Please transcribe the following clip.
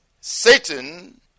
satan